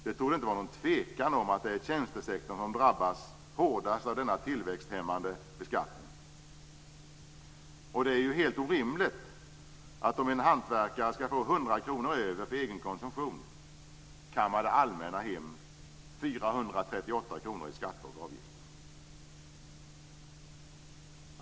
Det torde inte vara någon tvekan om att det är tjänstesektorn som drabbas hårdast av denna tillväxthämmande beskattning. Om en hantverkare skall få 100 kr över för egen konsumtion kammar det allmänna hem 438 kr i skatter och avgifter. Det är ju helt orimligt!